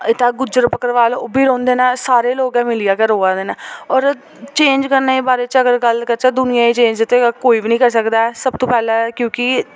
इत्थै गुज्जर बक्करबाल उब्बी रौंह्दे न सारें लोक मिलियै गै रोहै दे न होर चेंज करने दे बारे च गल्ल करचै दुनिया च चेंज ते कोई बी नी करी सकदा ऐ सब तो पैह्ले ऐ क्योंकि